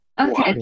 Okay